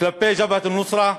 כלפי "ג'בהת א-נוסרה"